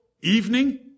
evening